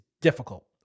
difficult